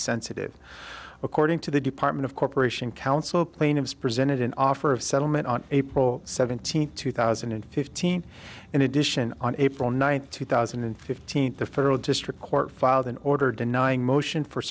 sensitive according to the department of corporation counsel plaintiffs presented an offer of settlement on april seventeenth two thousand and fifteen in addition on april ninth two thousand and fifteen the federal district court filed an order denying motion for